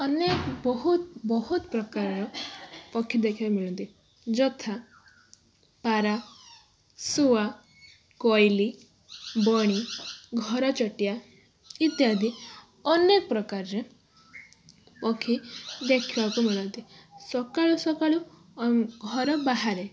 ଅନେକ ବହୁତ ବହୁତ ପ୍ରକାରର ପକ୍ଷୀ ଦେଖିବାକୁ ମିଳନ୍ତି ଯଥା ପାରା ଶୁଆ କୋଇଲି ବଣି ଘର ଚଟିଆ ଇତ୍ୟାଦି ଅନେକ ପ୍ରକାରର ପକ୍ଷୀ ଦେଖିବାକୁ ମିଳନ୍ତି ସକାଳୁ ସକାଳୁ ଘର ବାହାରେ